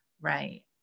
Right